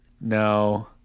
No